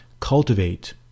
cultivate